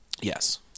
Yes